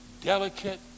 delicate